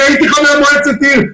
אני הייתי חבר מועצת עיר,